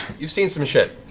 you've seen some shit.